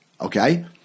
okay